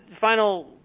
Final